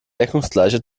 deckungsgleiche